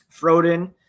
Froden